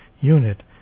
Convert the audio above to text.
unit